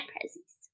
presents